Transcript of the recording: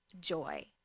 joy